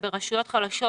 וברשויות חלשות